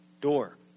Door